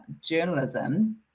journalism